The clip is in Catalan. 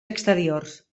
exteriors